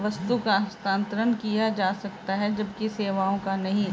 वस्तु का हस्तांतरण किया जा सकता है जबकि सेवाओं का नहीं